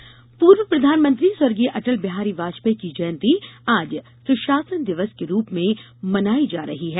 अटल जयंती पूर्व प्रधानमंत्री स्वर्गीय अटलबिहारी वाजपेयी की जयंती आज सुशासन दिवस के रूप में मनाई जा रही है